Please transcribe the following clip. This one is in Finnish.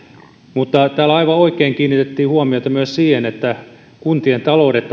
mutta täällä aivan oikein kiinnitettiin huomiota myös siihen että kuntien taloudet